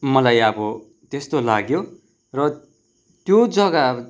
मलाई अब त्यस्तो लाग्यो र त्यो जग्गा